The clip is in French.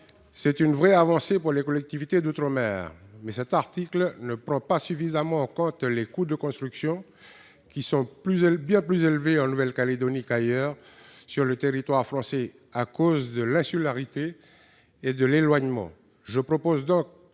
C'est une vraie avancée pour les collectivités d'outre-mer ! Mais cet article ne prend pas suffisamment en compte les coûts de construction, qui sont bien plus élevés en Nouvelle-Calédonie qu'ailleurs sur le territoire français, du fait de l'insularité et de l'éloignement.